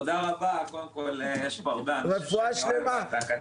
רפואה שלמה.